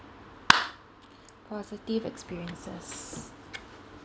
positive experiences